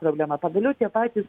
problema pagaliau tie patys